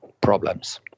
problems